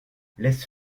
laisse